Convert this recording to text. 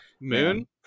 Moon